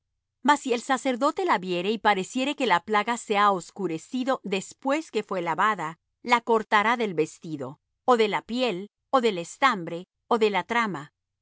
si el sacerdote la viere y pareciere que la plaga se ha oscurecido después que fué lavada la cortará del vestido ó de la piel ó del estambre ó de la trama